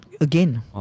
again